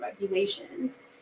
regulations